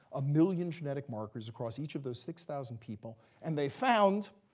a million genetic markers across each of those six thousand people, and they found